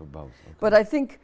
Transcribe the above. for both but i think